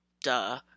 duh